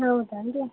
ಹೌದನು ರೀ